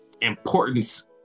importance